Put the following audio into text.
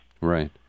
Right